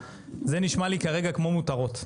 זה נשמע לי כרגע כמו מותרות,